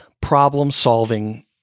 problem-solving